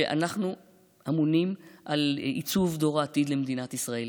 שאנחנו אמונים על עיצוב דור העתיד של מדינת ישראל.